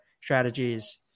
strategies